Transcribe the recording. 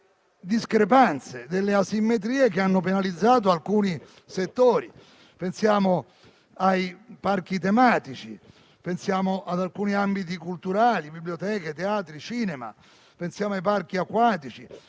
delle asimmetrie che hanno penalizzato alcuni settori. Pensiamo ai parchi tematici, ad alcuni ambiti culturali come biblioteche, teatri e cinema, nonché ai parchi acquatici